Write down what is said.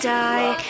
die